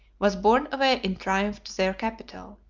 was borne away in triumph to their capital.